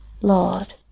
Lord